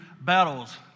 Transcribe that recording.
battles